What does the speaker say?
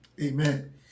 Amen